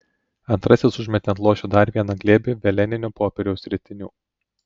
antrasis užmetė ant luošio dar vieną glėbį veleninio popieriaus ritinių